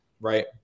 Right